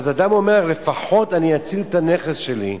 אז אדם אומר, לפחות אני אציל את הנכס שלי,